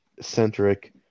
centric